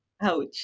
ouch